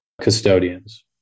custodians